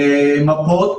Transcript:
מפות,